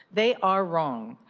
they are wrong.